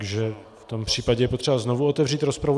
Takže v tom případě je potřeba znovu otevřít rozpravu.